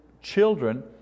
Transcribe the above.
children